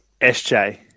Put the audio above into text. SJ